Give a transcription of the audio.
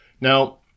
Now